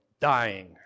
dying